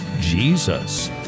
Jesus